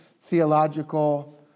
theological